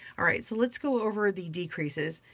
all right, so let's go over the decreases.